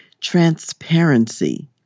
transparency